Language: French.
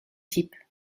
type